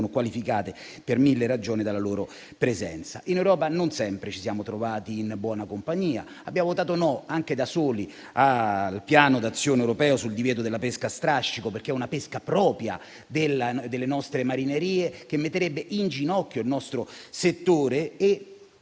qualificati per mille ragioni dalla loro presenza. In Europa non sempre ci siamo trovati in buona compagnia. Abbiamo votato no anche da soli al Piano d'azione europeo sul divieto della pesca a strascico, perché è una pesca propria delle nostre marinerie e tale divieto metterebbe in ginocchio il nostro settore.